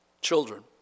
children